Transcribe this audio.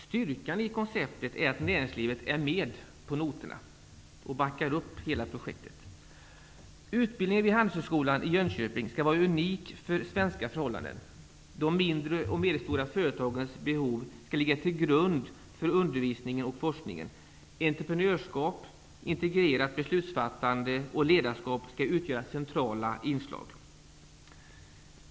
Styrkan i konceptet är att näringslivet är med på noterna och backar upp hela projektet. Utbildningen vid handelshögskolan i Jönköping skall vara unik för svenska förhållanden. De mindre och medelstora företagens behov skall ligga till grund för undervisningen och forskningen. Entreprenörskap, integrerat beslutsfattande och ledarskap skall utgöra centrala inslag.